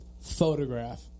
photograph